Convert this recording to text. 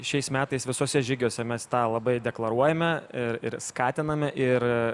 šiais metais visuose žygiuose mes tą labai ir deklaruojame ir ir skatiname ir